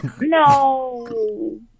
No